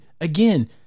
again